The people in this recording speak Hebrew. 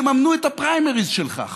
יממנו את הפריימריז שלך,